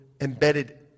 embedded